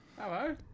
Hello